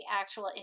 actual